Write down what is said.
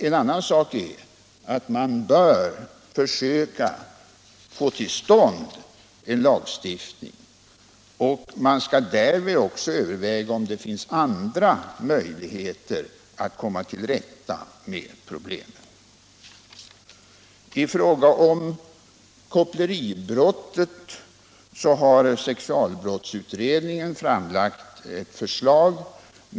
En annan sak är att man bör försöka få till stånd en lagstiftning, och man skall därvid också överväga om det finns andra möjligheter att komma till rätta med problemen. I fråga om koppleribrottet har sexualbrottsutredningen framlagt förslag.